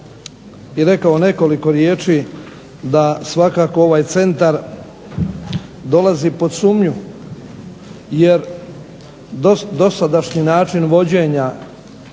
i rekao nekoliko riječi da svakako ovaj centar dolazi pod sumnju jer dosadašnji način vođenja